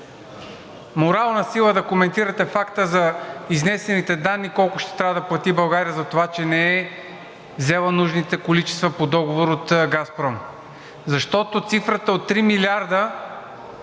морална сила да коментирате факта за изнесените данни колко ще трябва да плати България за това, че не е взела нужните количества по договор от „Газпром“, защото цифрата от 3 милиарда,